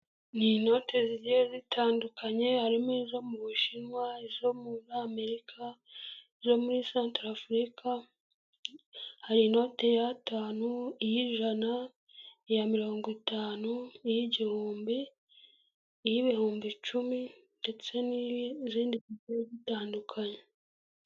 Inote zigiye zitandukanye, harimo izo mu bushinwa, izo muri Amerika, izo muri Central Africa, hari inote y'atanu, iy'ijana, iya mirongo itanu, niy'igihumbi, iy'ibihumbi icumi, ndetse n'izindi zigiye zitandukanye.